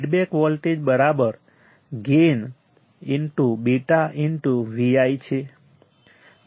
feedback વોલ્ટેજગેઈનβVi છે